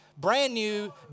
brand-new